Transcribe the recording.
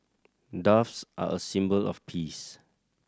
doves are a symbol of peace